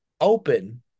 open